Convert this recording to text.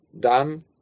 done